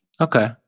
Okay